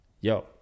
yo